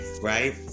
right